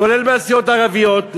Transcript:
כולל מהסיעות הערביות.